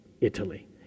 Italy